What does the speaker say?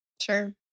Sure